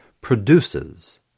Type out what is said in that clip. produces